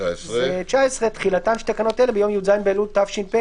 תקנה 19 - תחילתן של תקנות אלה ביום י"ז באלול התש"ף